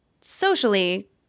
socially